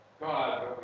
God